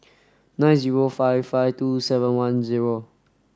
nine zero five five two seven one zero